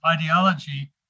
ideology